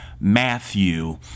Matthew